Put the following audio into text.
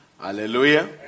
Hallelujah